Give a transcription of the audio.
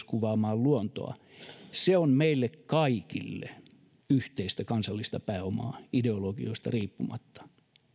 kuvaamaan myös luontoa se on meille kaikille yhteistä kansallista pääomaa ideologioista riippumatta